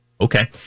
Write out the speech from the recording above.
okay